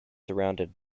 surrounded